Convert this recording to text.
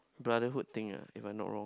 brotherhood thing ah if I'm not wrong